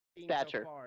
stature